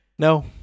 No